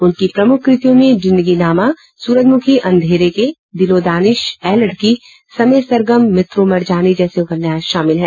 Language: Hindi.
उनकी प्रमुख कृतियों में जिंदगीनामा सूरजमुखी अंधेरे के दिलोदानिश ऐ लड़की समय सरगम मित्रो मरजानी जैसे उपन्यास शामिल हैं